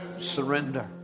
Surrender